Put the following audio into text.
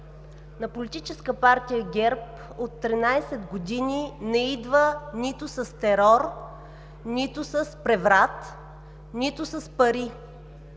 на Политическа партия ГЕРБ от 13 години не идва нито с терор, нито с преврат, нито с пари.